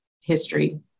history